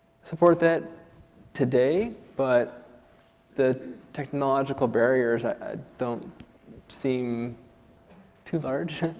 support that today but the technological barriers don't seem too large.